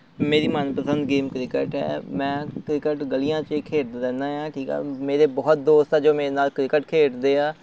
ਮੇਰੀ ਮਨਪਸੰਦ game cricket ਹੈ ਮੈਂ ਕ੍ਰਿਕਟ ਗਲੀਆਂ 'ਚ ਖੇਡਦਾ ਰਹਿੰਦਾ ਹਾਂ ਠੀਕ ਆ ਮੇਰੇ ਬਹੁਤ ਦੋਸਤ ਆ ਜੋ ਮੇਰੇ ਨਾਲ ਕ੍ਰਿਕਟ ਖੇਡਦੇ ਆ